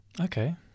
Okay